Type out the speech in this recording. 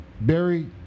Barry